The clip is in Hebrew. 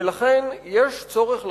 ולכן יש צורך לחשוב.